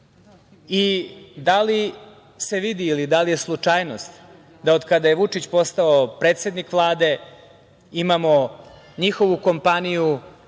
ovde. Da li se vidi ili da li je slučajnost da od kada je Vučić postao predsednik Vlade imamo njihovu kompaniju